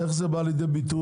איך זה בא לידי ביטוי